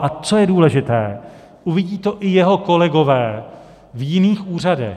A co je důležité, uvidí to i jeho kolegové v jiných úřadech.